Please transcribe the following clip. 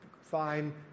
fine